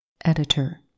Editor